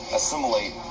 assimilate